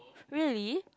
really